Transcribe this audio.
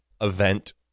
event